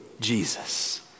Jesus